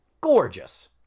gorgeous